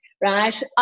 Right